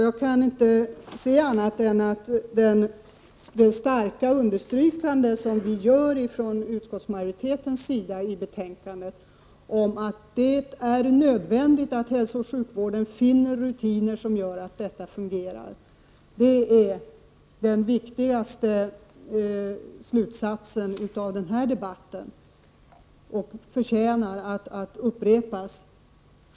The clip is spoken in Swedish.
Jag kan inte se annat än att det starka understrykande som utskottsmajoriteten gör i betänkandet av att det är nödvändigt att hälsooch sjukvården finner rutiner som gör att detta fungerar är den viktigaste slutsatsen av denna debatt. Det förtjänar att upprepas.